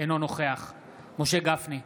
אינו נוכח משה גפני,